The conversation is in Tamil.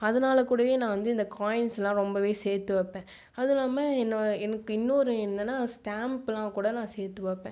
அதனால் கூடவும் நான் வந்து இந்த காய்ன்ஸ் எல்லாம் ரொம்பவே சேர்த்து வைப்பேன் அது எல்லாம் என்ன எனக்கு இன்னொரு என்னனா ஸ்டாம்ப்எல்லாம் கூட நான் சேர்த்து வைப்பேன்